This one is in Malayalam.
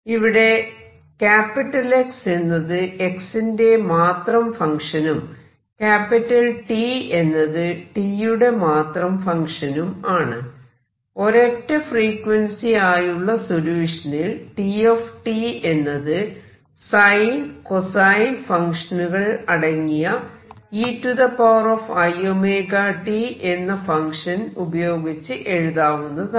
ഇവിടെ X എന്നത് x ന്റെ മാത്രം ഫങ്ക്ഷനും T എന്നത് t യുടെ മാത്രം ഫങ്ക്ഷനും ആണ് ഒരൊറ്റ ഫ്രീക്വൻസി ആയുള്ള സൊല്യൂഷനിൽ T എന്നത് സൈൻ കൊസൈൻ ഫങ്ക്ഷനുകൾ അടങ്ങിയ eiωt എന്ന ഫങ്ക്ഷൻ ഉപയോഗിച്ച് എഴുതാവുന്നതാണ്